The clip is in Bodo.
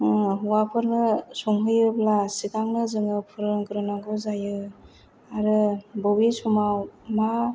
हौवाफोरनो संहोयोब्ला सिगांनो जों फोरोंग्रोनांगौ जायो आरो बबे समाव मा